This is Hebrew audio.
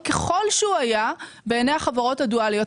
ככל שהוא היה בעיני החברות הדואליות.